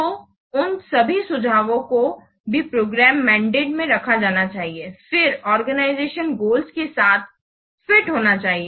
तो उन सभी सुझावों को भी प्रोग्राम मैंडेट में रखा जाना चाहिए फिर ऑर्गनिज़तिओनल गोल्स के साथ फिट होने चाहिए